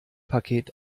paket